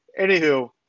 anywho